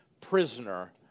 prisoner